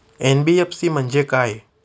NBFC म्हणजे काय?